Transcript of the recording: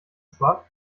zwar